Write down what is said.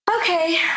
okay